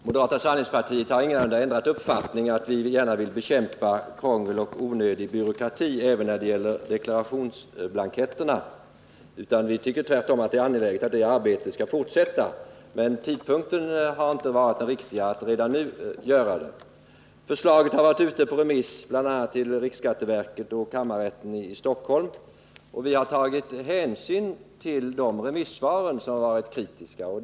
Herr talman! Jag vill bara säga några ord till Daniel Tarschys. Moderata samlingspartiet vill gärna bekämpa krångel och onödig byråkrati även när det gäller deklarationsblanketterna. Vi har ingalunda ändrat uppfattning, utan vi tycker tvärtom att det är angeläget att det arbetet skall fortsätta. Vad vi vänt oss emot är tidpunkten. Vi anser inte att det är riktigt att redan nu genomföra den åtgärd som föreslagits. Förslaget har varit ute på remiss bl.a. till riksskatteverket och kammarrätten i Stockholm. Vi har tagit hänsyn till dessa remissvar, och de har varit kritiska i det här avseendet.